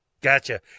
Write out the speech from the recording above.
Gotcha